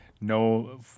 no